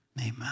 Amen